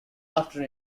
after